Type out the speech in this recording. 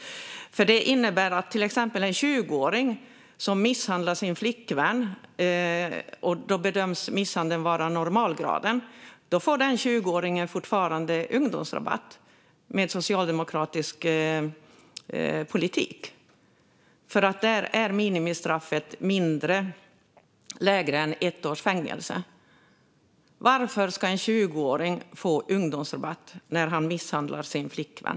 Den socialdemokratiska politiken innebär till exempel att om en 20-åring misshandlar sin flickvän och misshandeln bedöms vara av normalgraden får den 20-åringen fortfarande ungdomsrabatt eftersom minimistraffet är lägre än ett års fängelse. Varför ska en 20-åring få ungdomsrabatt när han misshandlar sin flickvän?